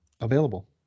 available